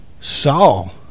Saul